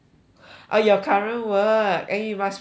orh your current work eh you must specify